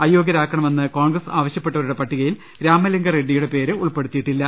അയോഗൃരാക്കണമെന്ന് കോൺഗ്രസ് ആവശൃപ്പെട്ടവരുടെ പട്ടികയിൽ രാമലിംഗ റെഡ്ഡിയുടെ പേര് ഉൾപ്പെടുത്തിയിട്ടില്ല